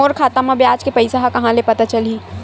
मोर खाता म ब्याज के पईसा ह कहां ले पता चलही?